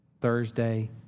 Thursday